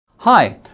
Hi